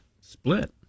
split